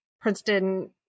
Princeton